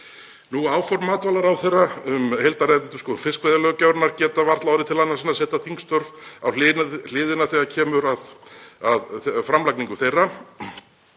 Áform matvælaráðherra um heildarendurskoðun fiskveiðilöggjafarinnar geta varla orðið til annars en að setja þingstörf á hliðina þegar kemur að framlagningu þeirra.